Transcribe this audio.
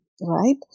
right